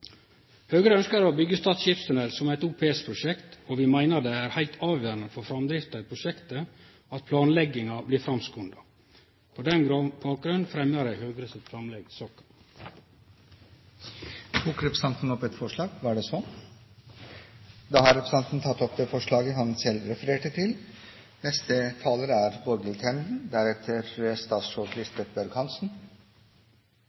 Høgre forventar at dei andre partia stør det framlegget når det skal handsamast her i Stortinget. Høgre ønskjer å byggje Stad skipstunnel som eit OPS-prosjekt, og vi meiner det er heilt avgjerande for framdrifta i prosjektet at planlegginga blir framskunda. På den bakgrunn fremjar eg Høgre sitt framlegg i saka. Representanten Bjørn Lødemel har tatt opp det forslaget han refererte til.